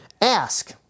ask